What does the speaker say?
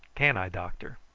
can i, doctor?